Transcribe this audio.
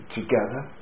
together